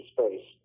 Space